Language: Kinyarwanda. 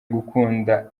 gukunda